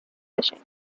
fishing